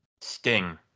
Sting